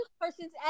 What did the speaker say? person's